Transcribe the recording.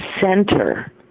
center